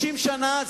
30 שנה,